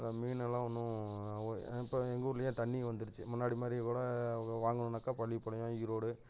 மீனெல்லாம் ஒன்றும் இப்போ எங்கள் ஊருலேயே தண்ணி வந்துருச்சு முன்னாடி மாதிரி கூட வாங்கணுன்னாக்க பள்ளிப்பாளையம் ஈரோடு